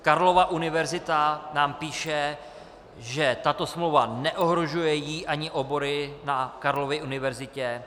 Karlova Univerzita nám píše, že tato smlouva neohrožuje ji ani obory na Karlově univerzitě.